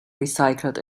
recycled